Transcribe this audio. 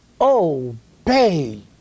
obey